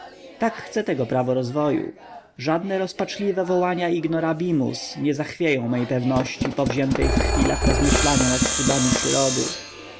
tak chce tego prawo rozwoju żadne rozpaczliwe wołania ignorabimus nie zachwieją mej pewności powziętej w chwilach rozmyślania nad cudami przyrody